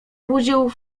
budził